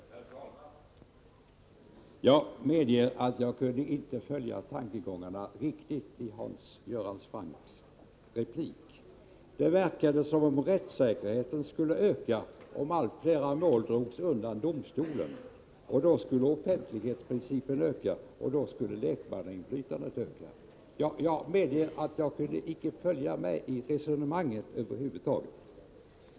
Herr talman! Jag medger att jag inte riktigt kunde följa tankegångarna i Hans Göran Francks replik. Det verkade som om rättssäkerheten skulle öka, om allt flera mål drogs undan domstolen. Då skulle också offentlighetsprincipen bli bättre tillgodosedd, och lekmannainflytandet skulle öka.